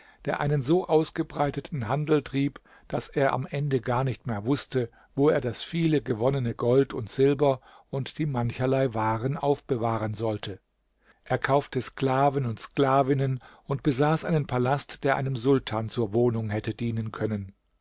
der einen so ausgebreiteten handel trieb daß er am ende gar nicht mehr wußte wo er das viele gewonnene gold und silber und die mancherlei waren aufbewahren sollte er kaufte sklaven und sklavinnen und besaß einen palast der einem sultan zur wohnung hätte dienen können